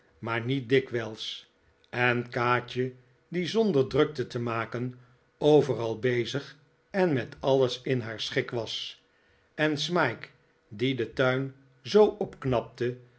maar niet dik wij is en kaatje die zonder drukte te maken overal bezig en met alles in haar schik was en smike die den tuin zoo opknapte